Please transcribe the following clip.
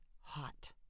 hot